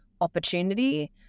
opportunity